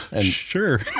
Sure